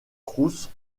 trousses